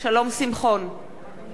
נגד ליה שמטוב,